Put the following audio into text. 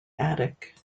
attic